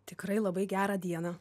tikrai labai gerą dieną